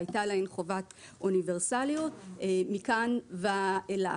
שהייתה להן חובת אוניברסליות מכאן ואילך,